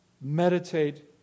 meditate